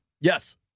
Yes